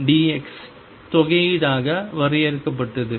∫iddxψdx தொகையீடு ஆக வரையறுக்கப்பட்டது